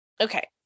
okay